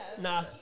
Nah